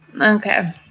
Okay